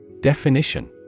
Definition